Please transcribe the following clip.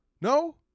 No